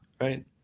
Right